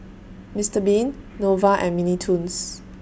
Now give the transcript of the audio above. Mister Bean Nova and Mini Toons